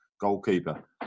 goalkeeper